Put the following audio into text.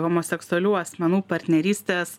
homoseksualių asmenų partnerystės